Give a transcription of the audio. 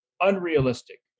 unrealistic